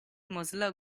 mozilla